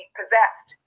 possessed